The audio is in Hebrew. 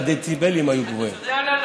הדציבלים היו גבוהים.